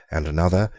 and another,